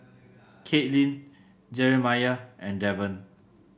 Katelyn Jerimiah and Devan